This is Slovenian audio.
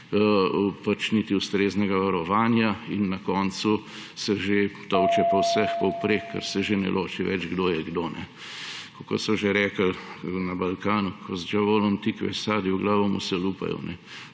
ni niti ustreznega varovanja in na koncu se že tolče po vseh povprek, ker se že ne loči več, kdo je kdo. Kako so že rekli na Balkanu? Ko s đavolom tikve sadi, o glavu mu se lupaju.